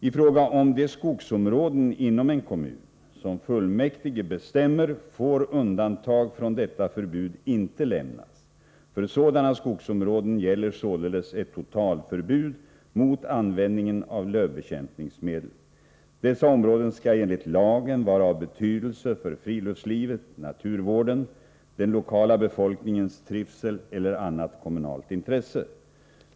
I fråga om de skogsområden inom en kommun som fullmäktige bestämmer får undantag från detta förbud inte lämnas. För sådana skogsområden gäller således ett totalförbud mot användningen av lövbekämpningsmedel. Dessa områden skall enligt lagen vara av betydelse för friluftslivet, naturvården, den lokala befolkningens trivsel eller annat kommunalt intresse.